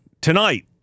tonight